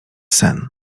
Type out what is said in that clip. sen